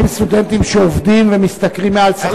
האם סטודנטים שעובדים ומשתכרים מעל שכר,